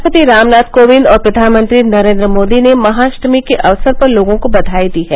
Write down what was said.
राष्ट्रपति रामनाथ कोविंद और प्रधानमंत्री नरेन्द्र मोदी ने महाअष्टमी के अवसर पर लोगों को बधाई दी है